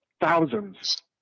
thousands